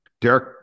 Derek